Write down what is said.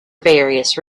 various